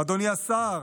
אדוני השר,